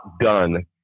done